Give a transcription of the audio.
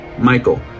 michael